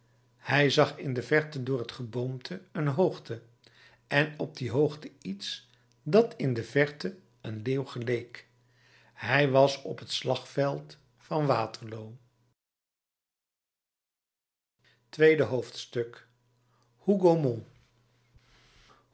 hij zag in de verte door het geboomte een hoogte en op die hoogte iets dat in de verte een leeuw geleek hij was op het slagveld van waterloo tweede hoofdstuk